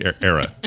era